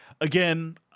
again